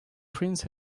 prince